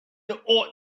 ought